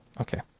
okay